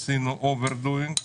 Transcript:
עשינו over-doing.